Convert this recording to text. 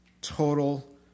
total